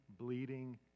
bleeding